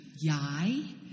Yai